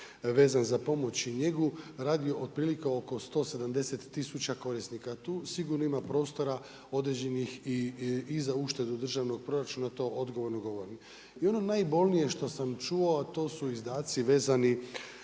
vezan za pomoć i njegu radi otprilike oko 170 tisuća korisnika. Tu sigurno ima prostora određenih i za uštedu državnog proračuna, to odgovorno govorim. I ono najbolnije što sam čuo, a to su izdaci vezani